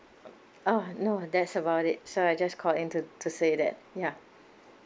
oh no that's about it so I just called in to to say that ya